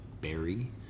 berry